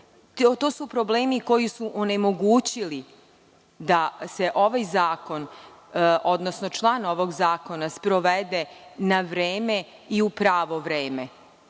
su problemi koji su onemogućili da se ovaj zakon odnosno član ovog zakona sprovede na vreme i u pravo vreme.